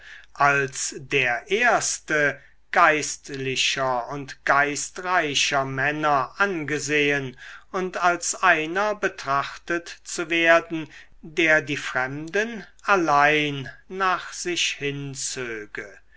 als der erste geistlicher und geistreicher männer angesehen und als einer betrachtet zu werden der die fremden allein nach sich